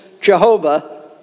Jehovah